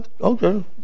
okay